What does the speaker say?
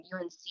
UNC